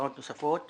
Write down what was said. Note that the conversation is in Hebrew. נוספות